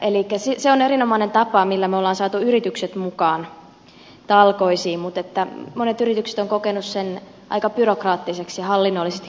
se on erinomainen tapa millä olemme saaneet yritykset mukaan talkoisiin mutta monet yritykset ovat kokeneet sen aika byrokraattiseksi ja hallinnollisesti kuormittavaksi